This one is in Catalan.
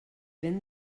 ben